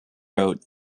road